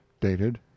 dated